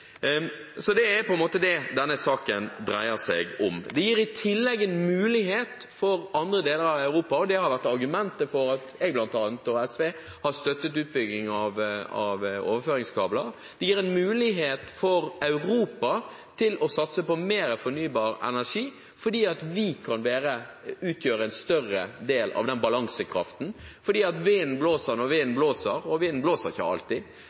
Det er det denne saken dreier seg om. Det gir i tillegg en mulighet for andre deler av Europa – og det har vært argumentet for at bl.a. jeg og SV har støttet utbygging av overføringskabler – til å satse på mer fornybar energi, fordi vi kan utgjøre en større del av den balansekraften. For vinden blåser når vinden blåser, men vinden blåser ikke alltid.